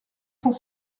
cent